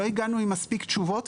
וכי לא הגענו עם תשובות מספקות.